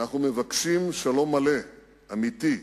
"אנחנו מבקשים שלום מלא, אמיתי,